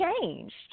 changed